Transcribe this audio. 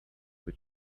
que